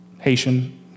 Haitian